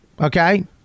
Okay